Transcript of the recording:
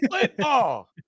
football